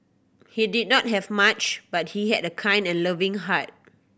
he did not have much but he had a kind and loving heart